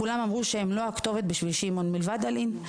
כולם אמרו שהם לא הכתובת בשבילו, מלבד אלי"ן.